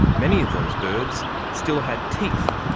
many of those birds still had teeth,